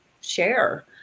share